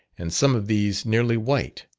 and some of these nearly white.